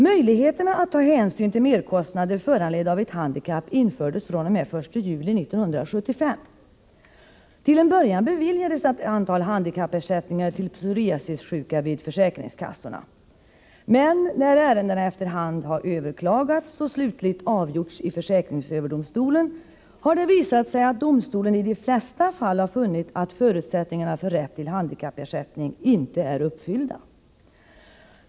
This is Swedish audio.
Möjligheterna att ta hänsyn till merkostnader föranledda av ett handikapp infördes fr.o.m. den 1 juli 1975. Till en början beviljade försäkringskassorna ett antal handikappersättningar till psoriasissjuka, men när ärendena efter hand överklagats och slutligt avgjorts i försäkringsöverdomstolen har det visat sig att domstolen i de flesta fall har funnit att förutsättningarna för rätt till handikappersättning inte är uppfyllda.